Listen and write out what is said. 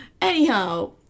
anyhow